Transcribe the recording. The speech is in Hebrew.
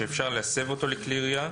שאפשר להסב אותו לכלי ירייה,